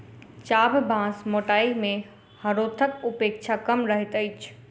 चाभ बाँस मोटाइ मे हरोथक अपेक्षा कम रहैत अछि